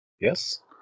Yes